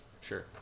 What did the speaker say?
Sure